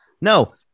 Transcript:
No